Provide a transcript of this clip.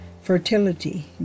Fertility